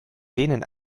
denen